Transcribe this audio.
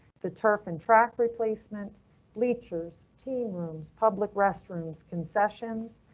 the turf and track replacement bleachers, team rooms, public restrooms, concessions,